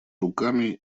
руками